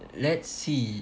let's see